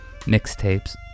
mixtapes